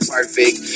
Perfect